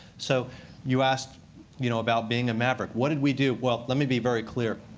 so you asked you know about being a maverick. what did we do? well, let me be very clear.